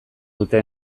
dute